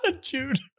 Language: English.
Jude